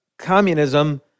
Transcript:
communism